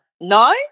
No